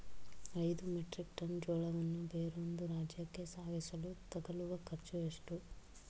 ಐದು metric tonne ಜೋಳವನ್ನು ಬೇರೊಂದು ರಾಜ್ಯಕ್ಕೆ ಸಾಗಿಸಲು ತಗಲುವ ಖರ್ಚು ಎಷ್ಟು?